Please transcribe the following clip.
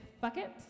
bucket